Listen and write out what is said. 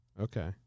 Okay